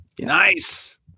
nice